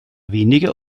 weniger